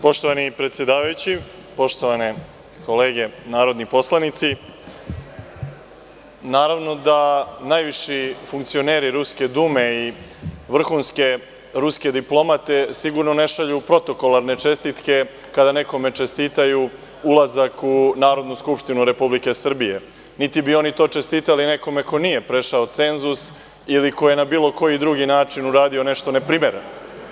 Poštovani predsedavajući, poštovane kolege narodni poslanici, naravno da najviši funkcioneri Ruske Dume i vrhunske ruske diplomate sigurno ne šalju protokolarne čestitke kada nekome čestitaju ulazak u Narodnu skupštinu Republike Srbije, niti bi oni to čestitali nekome ko nije prešao cenzus ili ko je na bilo koji drugi način uradio nešto neprimereno.